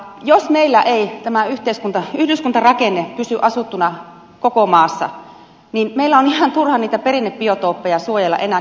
jos meillä ei tämä yhdyskuntarakenne pysy asuttuna koko maassa niin meillä on ihan turha niitä perinnebiotooppeja suojella enää